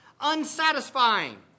unsatisfying